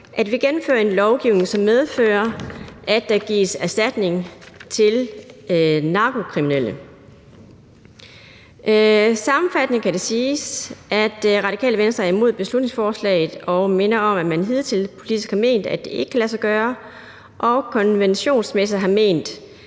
at der gennemføres en lovgivning, som medfører, at der gives erstatning til narkokriminelle. Sammenfattende kan det siges, at Radikale Venstre er imod beslutningsforslaget og minder om, at man hidtil politisk har ment, at det ikke kan lade sig gøre, og at man konventionsmæssigt har ment,